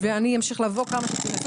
אני אמשיך לבוא כמה שאוכל.